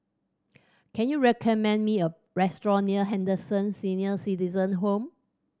can you recommend me a restaurant near Henderson Senior Citizens' Home